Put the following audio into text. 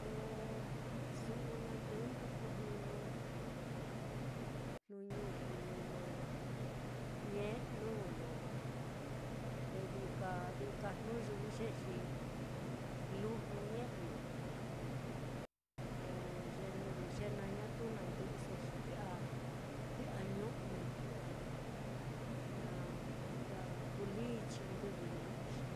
Ko su'u nandɨ'ɨ nduku jnuñu, ko jnuñu kuu lo ñe'nu lo, te vi'ika vi'ika jnu yuxie xi luju ñe'nui, te ko jnu ye yuxie naá xi ñatu nadɨ'ɨso xi kui'a kui'a ñu'me kui'a, ña ña kulii chindɨrrɨñu'ui xi